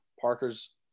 Parker's